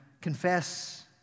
confess